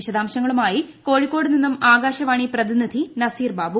വിശദാംശങ്ങളുമായി കോഴിക്കോട് നിന്നും ആകാശവാണി പ്രതിനിധി നസീർ ബാബു